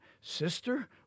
Sister